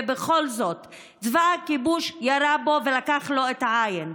ובכל זאת צבא הכיבוש ירה בו ולקח לו את העין.